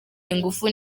ingufu